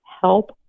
help